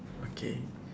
okay